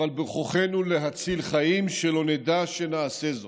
אבל בכוחנו להציל חיים, שלא נדע, שנעשה זאת.